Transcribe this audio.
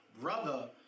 Brother